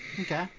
Okay